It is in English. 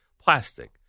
plastic